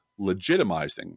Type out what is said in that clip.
legitimizing